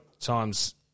times